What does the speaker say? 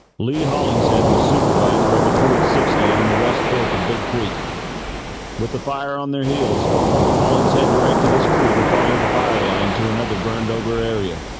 lee hollingshead was supervisor of a crew of sixty on the west fork of big creek with the fire on their heels hollingshead directed his crew to follow the fire line to another burned over area